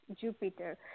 Jupiter